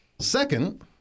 Second